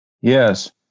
yes